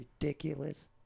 ridiculous